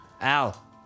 Al